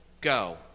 go